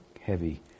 heavy